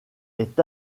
est